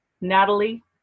Natalie